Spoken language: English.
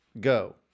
go